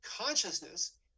Consciousness